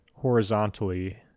horizontally